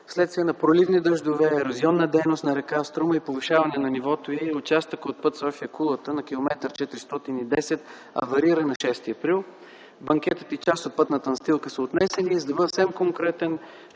Вследствие на проливни дъждове, ерозионна дейност на р. Струма и повишаване на нивото й, участък от път София–Кулата на километър 410 аварира на 6 април. Банкетът и част от пътната настилка са отнесени. За да бъда съвсем конкретен,